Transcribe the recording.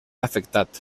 afectat